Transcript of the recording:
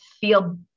feel